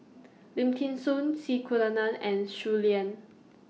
Lim Thean Soo C Kunalan and Shui Lan